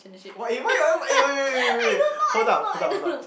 what if why would I eh wait wait wait wait hold up hold up hold up